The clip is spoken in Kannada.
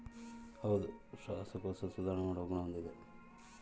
ಅವರೆಕಾಯಿ ರಕ್ತದೊತ್ತಡ, ಮೂಳೆ ಬಲಪಡಿಸುವಿಕೆ, ಶ್ವಾಸಕೋಶ ಸುಧಾರಣ ಮಾಡುವ ಗುಣ ಹೊಂದಿದೆ